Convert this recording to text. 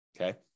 Okay